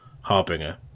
Harbinger